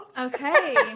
Okay